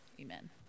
Amen